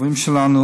והקרובים שלנו,